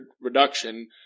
reduction